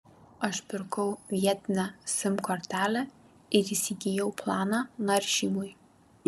aš pirkau vietinę sim kortelę ir įsigijau planą naršymui